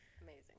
Amazing